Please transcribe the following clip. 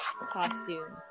costume